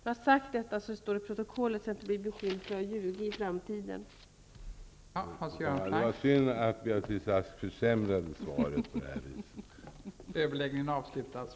Det kommer i och med detta att stå i protokollet så att jag i framtiden slipper bli beskylld för att ha ljugit.